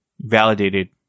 validated